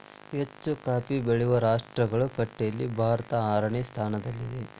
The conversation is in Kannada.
ಹೆಚ್ಚು ಕಾಫಿ ಬೆಳೆಯುವ ರಾಷ್ಟ್ರಗಳ ಪಟ್ಟಿಯಲ್ಲಿ ಭಾರತ ಆರನೇ ಸ್ಥಾನದಲ್ಲಿದೆ